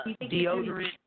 deodorant